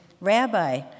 Rabbi